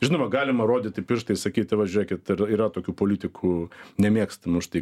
žinoma galima rodyti pirštais sakyti vat žiūrėkit ir yra tokių politikų nemėgstami už tai